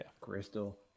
Crystal